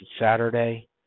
Saturday